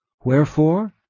Wherefore